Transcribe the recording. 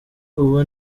ubu